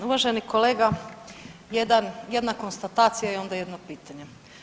Uvaženi kolega, jedna konstatacija i onda jedno pitanje.